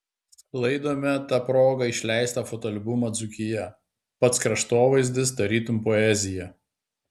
sklaidome ta proga išleistą fotoalbumą dzūkija pats kraštovaizdis tarytum poezija